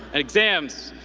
exams,